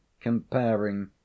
comparing